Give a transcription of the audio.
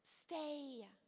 stay